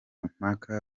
mpaka